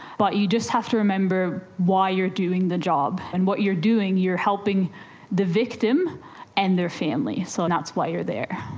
but you just have to remember why you're doing the job, and what you're doing, you're helping the victim and their family, so that's why you're there.